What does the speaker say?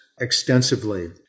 extensively